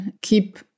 Keep